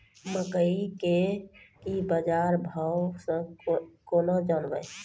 मकई के की बाजार भाव से केना जानवे?